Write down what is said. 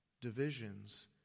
divisions